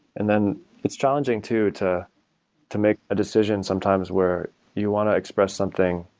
and then it's challenging too to to make a decision sometimes where you want to express something,